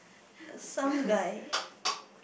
some guy